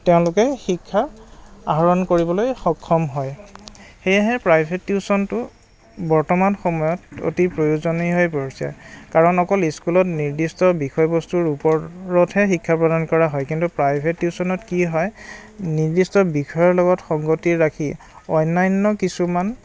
তেওঁলোকে শিক্ষা আহৰণ কৰিবলৈ সক্ষম হয় সেয়েহে প্ৰাইভেট টিউশ্যনটো বৰ্তমান সময়ত অতি প্ৰয়োজনীয় হৈ পৰিছে কাৰণ অকল স্কুলত নিৰ্দিষ্ট বিষয়বস্তুৰ ওপৰতহে শিক্ষা প্ৰদান কৰা হয় কিন্তু প্ৰাইভেট টিউশ্যনত কি হয় নিৰ্দিষ্ট বিষয়ৰ লগত সংগতি ৰাখি অন্যান্য কিছুমান